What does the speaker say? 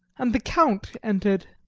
and the count entered.